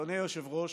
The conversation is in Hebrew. אדוני היושב-ראש,